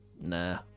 nah